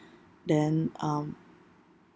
then um